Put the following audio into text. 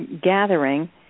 gathering